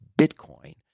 Bitcoin